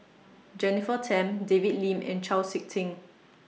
Jennifer Tham David Lim and Chau Sik Ting